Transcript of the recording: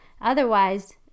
otherwise